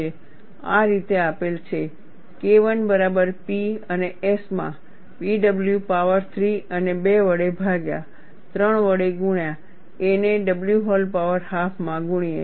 અને આ રીતે આપેલ છે KI બરાબર P ને S માં B w પાવર 3 અને 2 વડે ભાગ્યા 3 વડે ગુણ્યા a ને w હૉલ પાવર હાફ માં ગુણીએ